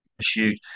shoot